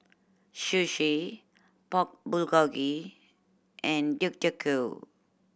Sushi Pork Bulgogi and Deodeok Gui